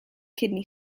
kidney